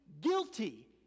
guilty